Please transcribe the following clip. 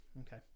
okay